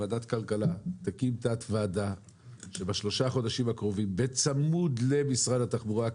שתקים תת-ועדה שבשלושת החודשים הקרובים תעבוד צמוד למשרד התחבורה,